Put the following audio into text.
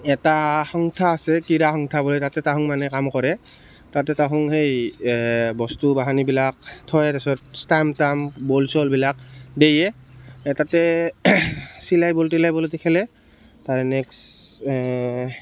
এটা সন্থা আছে ক্ৰীয়া সন্থা বুলি তাতে তাহোন মানে কাম কৰে তাতে তাহোন এই বস্তু বাহানিবিলাক থয় তাৰপিছত ষ্টাম্প টাম্প বল চলবিলাক দিয়ে তাতে চিলাই বল তিলাই বলদি খেলে তাৰ নেক্সট